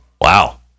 Wow